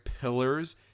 pillars